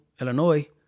Illinois